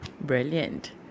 Brilliant